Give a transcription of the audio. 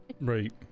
right